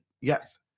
Yes